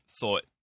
thought